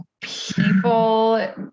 People